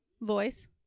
voice